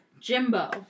Jimbo